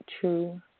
True